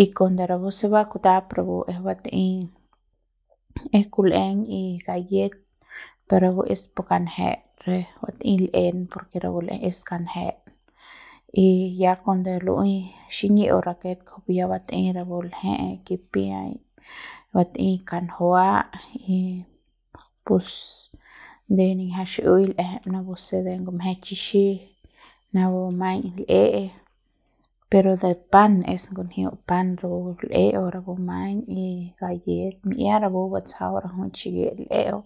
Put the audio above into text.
y kuande rapu se ba kutap rapu es batei es kul'eng y gallet pero rapu es pu kanjet re batei l'en por ke rapu l'eje es kanjet y ya kuande lu'ui ba xiñi'u raket kujup pu ya batei rapu lje'e es kipiai batei kanjua y pus de niñja xi'iui l'eje napu se ngumje chixi napu maiñ l'e'e pero de pan es ngunjiu pan rapu l'e'eu rapu maiñ y gallet mi'ia rapu batsjau rajuik xikit l'e'eu.